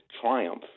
triumph